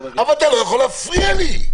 אתה לא יכול להפריע לי,